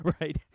right